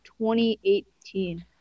2018